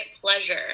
pleasure